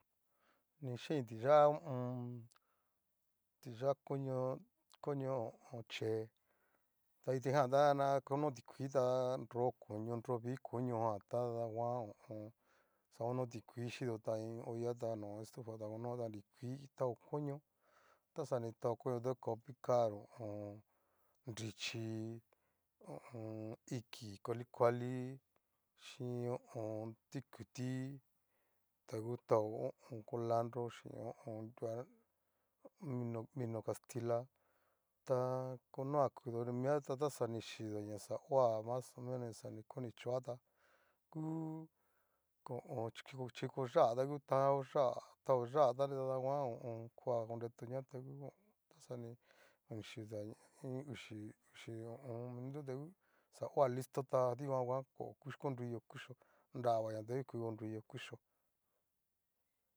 Ni ixain ti'yá ho o on ti'yá koño, koño ho o on. che'e, ta kitijan ta ña kono tikuii tá, nro koño, nro vi koñojan tada nguan ho o on. xa ono tikui xhidota iin olla ta nó estufa konota, nrikuitao koño, taxa ni tao koño ta ngu kao picar, ho o on. nrichí'i, ho o on. iki kuali kuali chín ho o on. tikuti ta ngu tao kolandro, xhín ho o on. nrua mino kastila, ta onoa kudonimia ta taxa ni xhidoa ya xa hoa mas o menos, xa ni ku ni choa ta ngu ho o on. chi'ko ya'a ta ngu tao ya'a tao yá'a ta nritadanduan, ho o on. koa oretoñata ngu taxani iin uxi uxi uu minuto tá ho xao listo tá dikuan nguan konriyó kuxhó nravaña ta ngu konruiyo kuxhó.